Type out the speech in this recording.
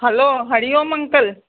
हलो Hari Om uncle